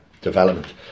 development